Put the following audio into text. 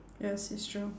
yes it's true